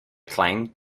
claimed